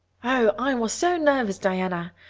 i was so nervous, diana.